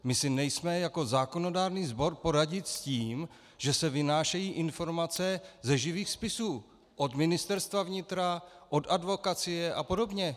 My si nejsme jako zákonodárný sbor poradit s tím, že se vynášejí informace ze živých spisů od Ministerstva vnitra, od advokacie a podobně.